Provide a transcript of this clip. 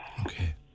Okay